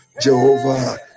Jehovah